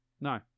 No